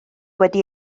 wedi